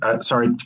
sorry